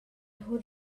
nhw